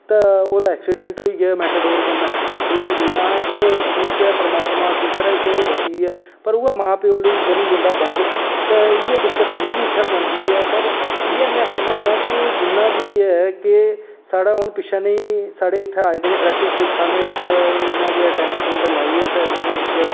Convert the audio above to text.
ते ओह्दा ऐक्सिडैंट होई गेआ मैटाडोर कन्नै हां ठीक ऐ परमात्मा दा शुक्र ऐ ओह् बचिया पर उऐ मां प्यो लेई बनी जंदा बंज ते इयै दिक्कत इसेंगी इत्थें पौंदी ई पर इयै में आक्खना होना कि जिन्ना बी ऐ इत्थें साढ़ै आए दे हे पुलस आह्ले इयां गै टैंट टुंट लाईयै उनैं